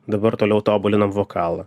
dabar toliau tobulinam vokalą